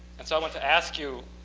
and so i want to ask you,